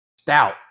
stout